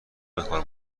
بکار